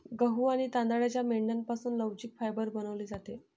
गहू आणि तांदळाच्या पेंढ्यापासून लवचिक फायबर बनवले जाते